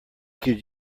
could